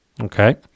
Okay